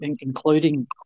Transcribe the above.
including